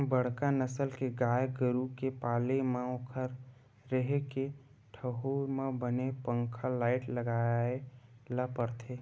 बड़का नसल के गाय गरू के पाले म ओखर रेहे के ठउर म बने पंखा, लाईट लगाए ल परथे